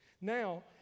Now